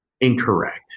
incorrect